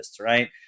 right